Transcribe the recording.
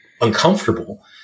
uncomfortable